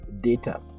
data